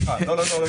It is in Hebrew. לא.